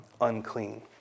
unclean